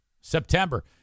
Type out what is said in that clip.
September